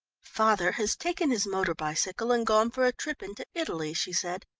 father has taken his motor-bicycle and gone for a trip into italy, she said.